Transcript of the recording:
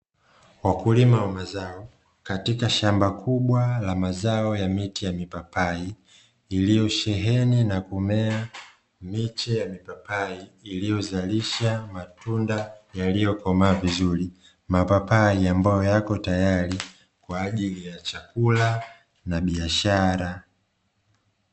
Wakulima wa mazao katika shamba kubwa la mazao ya miti ya mipapai, iliyosheheni na kumea miche ya mipapai iliyozalisha matunda yaliyokomaa vizuri. Mapapai ambayo yapo tayari kwa ajili ya chakula na biashara.